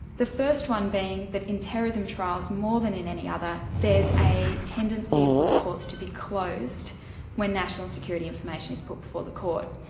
the first one being that in terrorism trials more than in any other, there's a tendency for the courts to be closed when national security information is put before the court.